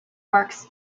works